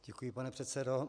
Děkuji, pane předsedo.